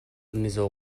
mizaw